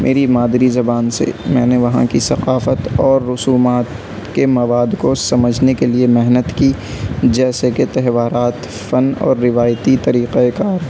میری مادری زبان سے میں نے وہاں کی ثقافت اور رسومات کے مواد کو سمجھنے کے لیے محنت کی جیسے کہ تہوارات فن اور روایتی طریقۂ کار